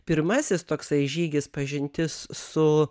pirmasis toksai žygis pažintis su